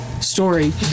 story